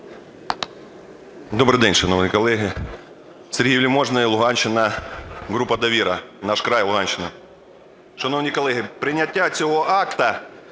Добрий день, шановні колеги! Сергій Вельможний, Луганщина, група "Довіра", "Наш край", Луганщина. Шановні колеги, прийняття цього акта